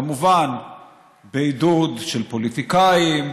כמובן בעידוד של פוליטיקאים,